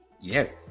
Yes